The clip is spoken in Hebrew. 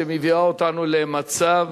שמביאה אותנו למצב